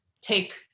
take